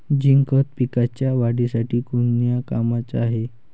Zinc खत पिकाच्या वाढीसाठी कोन्या कामाचं हाये?